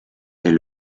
est